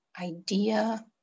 idea